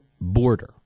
border